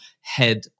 head